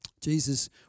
Jesus